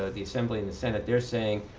ah the assembly and the senate, they're saying,